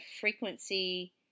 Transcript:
frequency